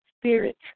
Spirit